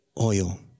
oil